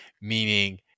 meaning